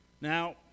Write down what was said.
Now